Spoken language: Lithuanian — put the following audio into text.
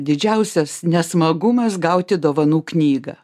didžiausias nesmagumas gauti dovanų knygą